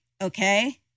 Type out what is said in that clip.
Okay